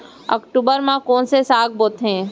अक्टूबर मा कोन से साग बोथे?